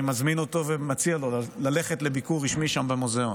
אני מזמין אותו ומציע לו ללכת לביקור רשמי שם במוזיאון.